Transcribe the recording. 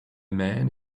man